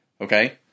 Okay